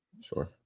Sure